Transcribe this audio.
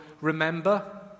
remember